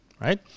right